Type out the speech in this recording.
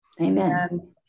Amen